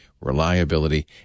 reliability